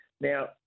Now